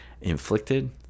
inflicted